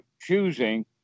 choosing